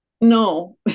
No